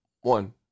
One